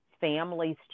families